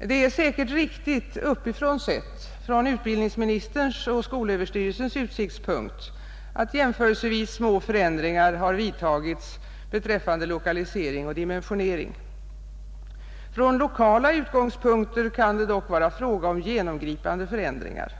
Det är säkert riktigt uppifrån sett — från utbildningsministerns och skolöverstyrelsens utsiktspunkt — att jämförelsevis små förändringar har vidtagits beträffande lokalisering och dimensionering. Från lokala utgångspunkter kan det dock vara fråga om genomgripande förändringar.